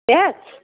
प्याज